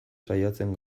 saiatzen